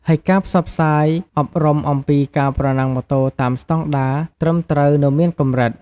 ហើយការផ្សព្វផ្សាយអប់រំអំពីការប្រណាំងម៉ូតូតាមស្តង់ដារត្រឹមត្រូវនៅមានកម្រិត។